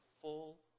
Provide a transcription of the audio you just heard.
full